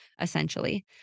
essentially